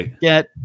get